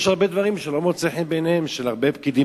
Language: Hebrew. יש הרבה דברים שלא מוצאים חן בעיניהם של הרבה פקידים,